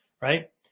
right